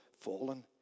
fallen